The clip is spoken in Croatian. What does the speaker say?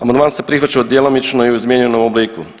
Amandman se prihvaća djelomično i u izmijenjenom obliku.